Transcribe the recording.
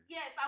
Yes